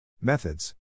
Methods